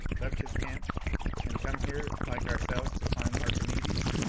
left his camp and come here like ourselves to climb archimedes?